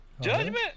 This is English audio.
Judgment